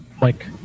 Mike